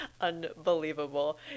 unbelievable